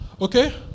Okay